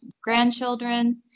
grandchildren